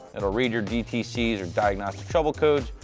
it will read your dtcs, or diagnostic trouble codes.